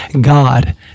God